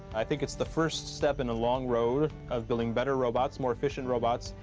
i think it's the first step in a long road of building better robots, more efficient robots,